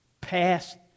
past